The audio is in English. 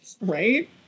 Right